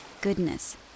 goodness